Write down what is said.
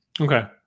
Okay